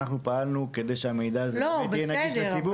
אנחנו פעלנו כדי שהמידע הזה באמת יהיה נגיש לציבור.